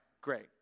great